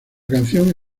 canción